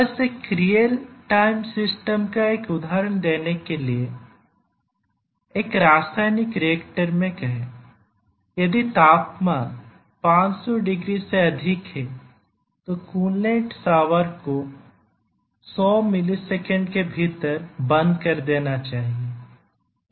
बस एक real time system का एक उदाहरण देने के लिए एक रासायनिक रिएक्टर में कहें यदि तापमान 500 डिग्री से अधिक है तो कूलेंट शावर को 100 मिलीसेकंड के भीतर बंद कर देना चाहिए